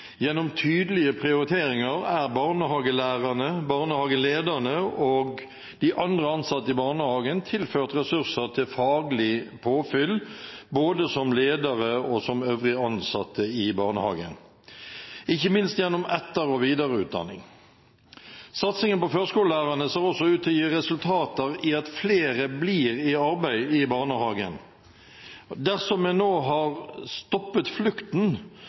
Gjennom tydelige prioriteringer er barnehagelærerne, barnehagelederne og de andre ansatte i barnehagen tilført ressurser til faglig påfyll, både som ledere og som øvrige ansatte i barnehagen, ikke minst gjennom etter- og videreutdanning. Satsingen på førskolelærerne ser også ut til å gi resultater ved at flere blir i arbeid i barnehagen. Dersom en nå har stoppet